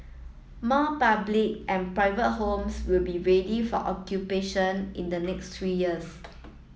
more public and private homes will be ready for occupation in the next three years